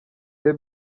the